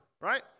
right